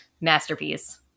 Masterpiece